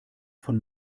von